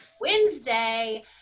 Wednesday